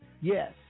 Yes